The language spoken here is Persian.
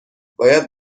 باید